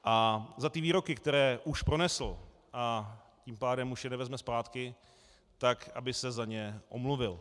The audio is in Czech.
A za ty výroky, které už pronesl, a tím pádem už je nevezme zpátky, tak aby se za ně omluvil.